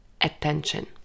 Attention